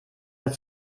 mehr